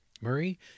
Murray